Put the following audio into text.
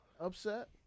upset